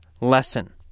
lesson